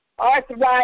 arthritis